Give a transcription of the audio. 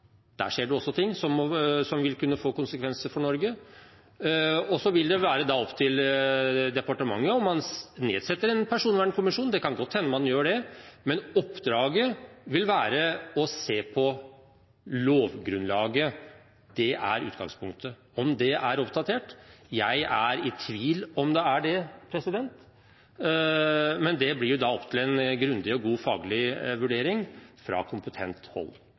Der skjer det også ting som vil kunne få konsekvenser for Norge. Og så vil det være opp til departementet om man nedsetter en personvernkommisjon. Det kan godt hende man gjør det, men oppdraget vil være å se på lovgrunnlaget – det er utgangspunktet – om det er oppdatert. Jeg er i tvil om det er det, men det må vurderes grundig og godt faglig fra kompetent hold.